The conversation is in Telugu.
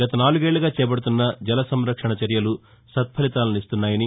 గత నాలుగేళ్లగా చేపడుతున్న జలసంరక్షణ చర్యలు సత్పలితాలనిస్తున్నాయని